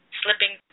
slipping